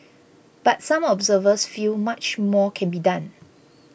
but some observers feel much more can be done